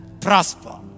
prosper